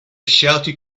shouted